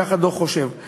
כך חושבים כותבי הדוח.